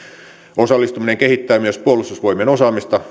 osallistuminen kehittää myös puolustusvoimien osaamista